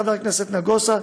חבר הכנסת נגוסה,